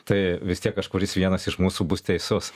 tai vis tiek kažkuris vienas iš mūsų bus teisus